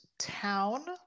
town